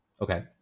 Okay